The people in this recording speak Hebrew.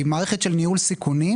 היא מערכת של ניהול סיכונים,